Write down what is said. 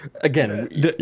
Again